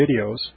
videos